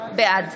בעד